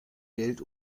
geld